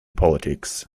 politics